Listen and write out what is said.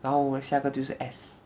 然后我们下个就是 S